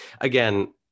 Again